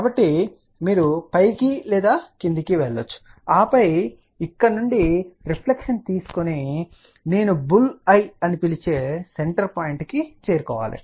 కాబట్టి మీరు పైకి లేదా క్రిందికి వెళ్ళవచ్చు ఆపై ఇక్కడ నుండి రిఫ్లెక్షన్ తీసుకొని ఆపై నేను బుల్ ఐbull's eye అని పిలిచే సెంటర్ పాయింట్ కు చేరుకుంటారు